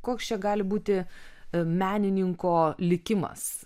koks čia gali būti menininko likimas